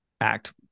act